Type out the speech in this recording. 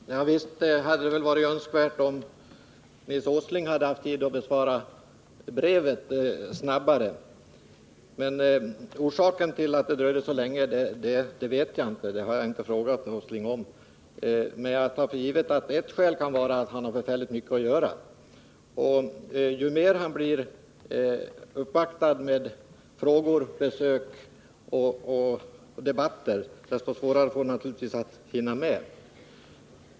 Fru talman! Ja, visst hade det varit önskvärt att Nils Åsling hade haft tid att besvara brevet snabbare. Orsaken till att det dröjde så länge känner jag inte till — den har jag inte frågat honom om — men jag tar för givet att ett skäl kan vara att han har förfärligt mycket att göra, och ju mer han blir uppvaktad med frågor, besök och debatter, desto svårare får han naturligtvis att hinna med allt.